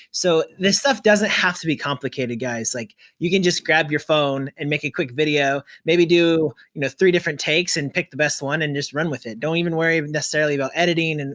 so this stuff doesn't have to be complicated, guys. like you can just grab your phone and make a quick video. maybe do you know three different takes and pick the best one and just run with it, don't even worry, necessarily, about editing, and.